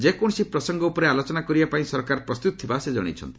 ଯେକୌଣସି ପ୍ରସଙ୍ଗ ଉପରେ ଆଲୋଚନା କରିବା ପାଇଁ ସରକାର ପ୍ରସ୍ତୁତ ଥିବା ଜଣାଇଛନ୍ତି